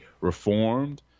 reformed